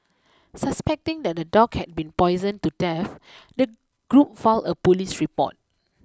suspecting that the dog had been poisoned to death the group filed a police report